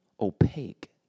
opaque